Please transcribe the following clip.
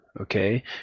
okay